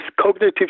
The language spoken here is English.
cognitive